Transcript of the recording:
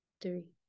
three